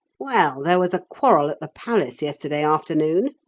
well, there was a quarrel at the palace yesterday afternoon.